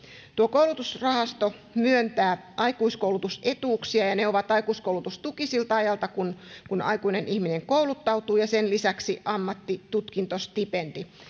koulutusrahasto myöntää aikuiskoulutusetuuksia ja ne ovat aikuiskoulutustuki siltä ajalta kun kun aikuinen ihminen kouluttautuu ja sen lisäksi ammattitutkintostipendi